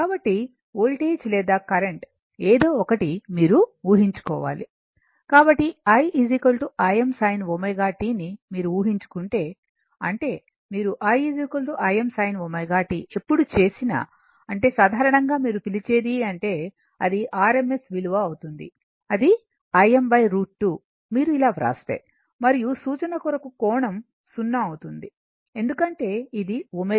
కాబట్టి వోల్టేజ్ లేదా కరెంట్ ఏదో ఒకటి మీరు ఊహించుకోవాలి కాబట్టి i Im sin t ని మీరు ఊహించుకుంటే అంటే మీరు i Im sin ω t ఎప్పుడు చేసినా అంటే సాధారణంగా మీరు పిలిచేది అంటే అది rms విలువ అవుతుంది అది Im √ 2 మీరు ఇలా వ్రాస్తే మరియు సూచన కొరకు కోణం 0 అవుతుంది ఎందుకంటే ఇది ω t